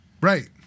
Right